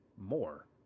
more